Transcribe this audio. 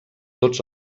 tots